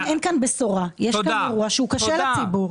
אין כאן בשורה, יש כאן אירוע שהוא קשה לציבור.